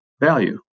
value